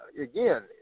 Again